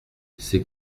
ces